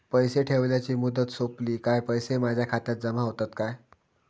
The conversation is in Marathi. पैसे ठेवल्याची मुदत सोपली काय पैसे माझ्या खात्यात जमा होतात काय?